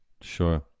sure